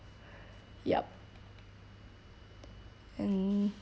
yup and